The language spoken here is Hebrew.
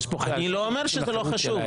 אני לא אומר שזה לא חשוב,